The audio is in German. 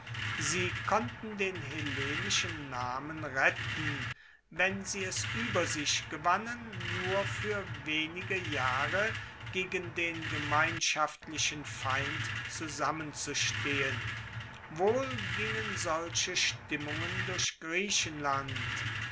sie konnten den hellenischen namen retten wenn sie es ueber sich gewannen nur fuer wenige jahre gegen den gemeinschaftlichen feind zusammenzustehen wohl gingen solche stimmungen durch griechenland